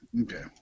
Okay